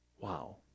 Wow